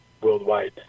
worldwide